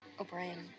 O'Brien